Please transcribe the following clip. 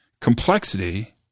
complexity